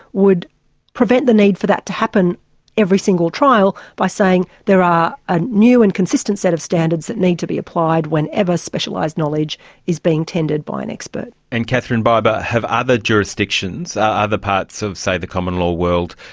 would prevent the need for that to happen every single trial by saying there are a new and consistent set of standards that need to be applied whenever specialised knowledge is being tendered by an expert. and katherine biber, have other jurisdictions, other parts of, say, the common law world,